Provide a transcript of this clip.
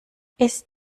ist